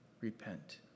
Repent